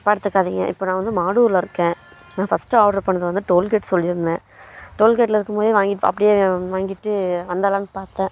தப்பா எடுத்துக்காதீங்க இப்போ நான் வந்து மாடூரில் இருக்கேன் நான் ஃபஸ்டு ஆர்ட்ரு பண்ணது வந்து டோல்கேட் சொல்லியிருந்தேன் டோல்கேட்டில் இருக்கும்போதே வாங்கிவிட்டு அப்படியே வாங்கிவிட்டு வந்திர்லானு பார்த்தேன்